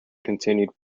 continued